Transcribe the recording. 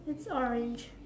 it's orange